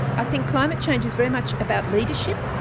i think climate change is very much about leadership.